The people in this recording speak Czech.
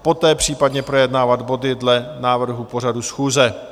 Poté případně projednávat body dle návrhu pořadu schůze.